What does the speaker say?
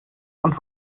und